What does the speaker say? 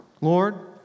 Lord